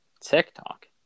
TikTok